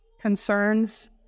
concerns